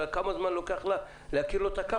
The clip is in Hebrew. כמה זמן לוקח לה להכיר לה את הקו?